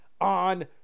on